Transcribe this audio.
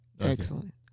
Excellent